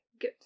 good